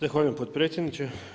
Zahvaljujem potpredsjedniče.